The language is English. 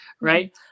Right